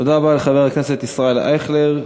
תודה רבה לחבר הכנסת ישראל אייכלר.